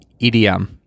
EDM